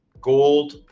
gold